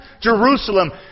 Jerusalem